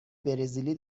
برزیلی